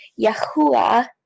Yahuwah